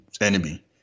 enemy